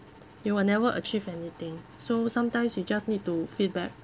it will never achieve anything so sometimes you just need to feedback